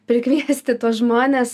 prikviesti tuos žmones